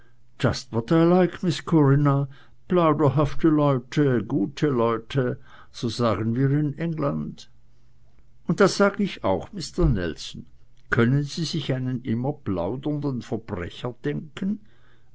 corinna plauderhafte leute gute leute so sagen wir in england und das sag ich auch mister nelson können sie sich einen immer plaudernden verbrecher denken